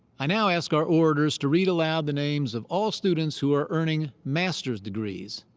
i now ask our orators to read aloud the names of all students who are earning master's degrees.